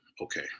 Okay